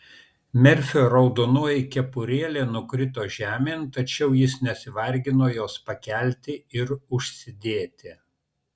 merfio raudonoji kepurėlė nukrito žemėn tačiau jis nesivargino jos pakelti ir užsidėti